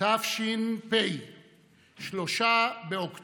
זאת ביקורת לגיטימית שיש בה הרבה מהצדק.